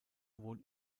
wohnt